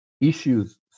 issues